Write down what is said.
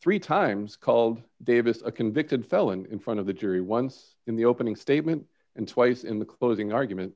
three times called davis a convicted felon in front of the jury once in the opening statement and twice in the closing argument